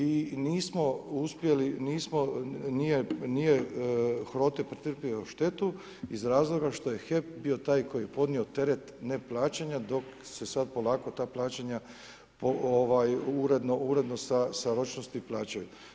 I nismo uspjeli, nije HROTE pretrpio štetu iz razloga što je HEP bio taj koji je podnio teret neplaćanja dok su se sada ta plaćanja uredno sa ročnosti plaćaju.